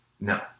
no